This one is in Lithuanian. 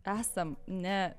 esam ne